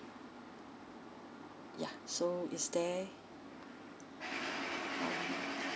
yeah so is there